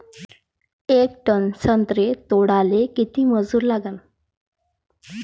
येक टन संत्रे तोडाले किती मजूर लागन?